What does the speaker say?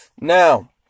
Now